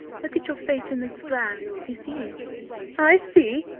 look at your face in this glass you see i see,